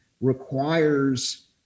requires